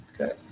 Okay